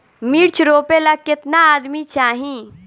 मिर्च रोपेला केतना आदमी चाही?